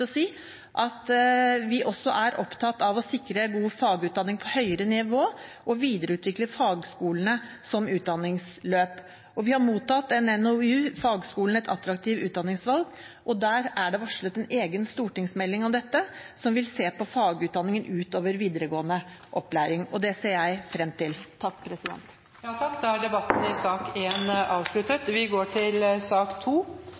til å si at vi også er opptatt av å sikre god fagutdanning på høyere nivå og å videreutvikle fagskolene som utdanningsløp. Vi har mottatt en NOU, Fagskolen – et attraktivt utdanningsvalg. Der er det varslet en egen stortingsmelding om dette, som vil se på fagutdanningen utover videregående opplæring. Det ser jeg frem til. Flere har ikke bedt om ordet til sak nr. 1. Etter ønske fra kirke-, utdannings- og forskningskomiteen vil presidenten foreslå at taletiden begrenses til